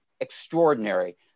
extraordinary